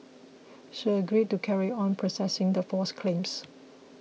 she agreed to carry on processing the false claims